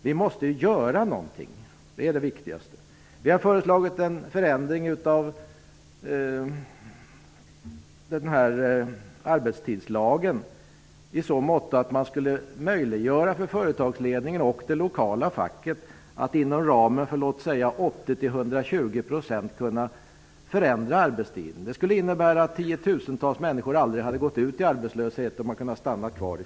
Vi måste göra någonting. Det är det viktigaste. Vi har föreslagit en förändring av arbetstidslagen i så måtto att man skulle möjliggöra för företagsledningen och det lokala facket att inom ramen för t.ex. 80--120 % kunna förändra arbetstiden. Det skulle innebära att tiotusentals människor aldrig skulle behöva lämna företagen för att gå ut i arbetslöshet.